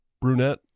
brunette